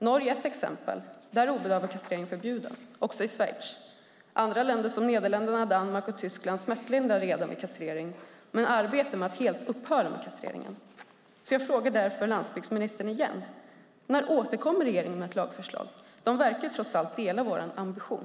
Norge är ett exempel. Där är obedövad kastrering förbjuden. Detsamma gäller Schweiz. Ytterligare andra, såsom Nederländerna, Danmark och Tyskland, smärtlindrar redan vid kastrering men arbetar för att helt upphöra med den. Jag frågar därför landsbygdsministern igen: När återkommer regeringen med ett lagförslag? Man verkar trots allt dela vår ambition.